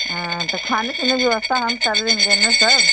हाँ तो खाने पीने की व्यवस्था हम कर लेंगे ना सर